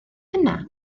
yna